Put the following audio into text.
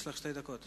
יש לך שתי דקות.